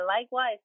likewise